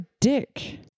dick